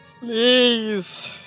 Please